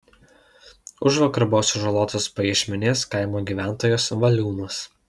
užvakar buvo sužalotas pajiešmenės kaimo gyventojas valiūnas